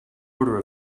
order